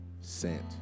sent